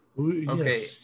Okay